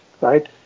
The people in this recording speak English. right